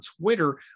Twitter